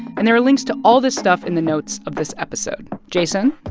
and there are links to all this stuff in the notes of this episode. jason,